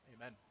Amen